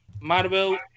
Marvel